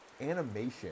animation